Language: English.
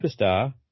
superstar